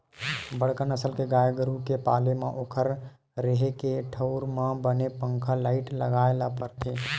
बड़का नसल के गाय गरू के पाले म ओखर रेहे के ठउर म बने पंखा, लाईट लगाए ल परथे